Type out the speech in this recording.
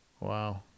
Wow